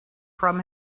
from